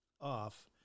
off